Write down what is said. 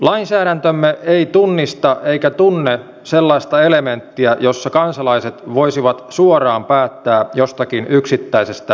lainsäädäntömme ei tunnista eikä tunne sellaista elementtiä jossa kansalaiset voisivat suoraan päättää jostakin yksittäisestä asiasta